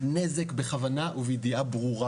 נזק בכוונה ובידיעה ברורה.